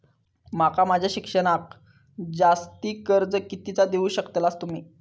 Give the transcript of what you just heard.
माका माझा शिक्षणाक जास्ती कर्ज कितीचा देऊ शकतास तुम्ही?